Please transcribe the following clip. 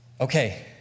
Okay